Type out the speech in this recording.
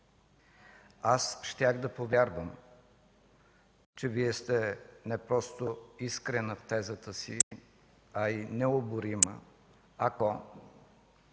Аз щях да повярвам, че Вие сте не просто искрена в тезата си, а и необорима, ако